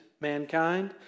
mankind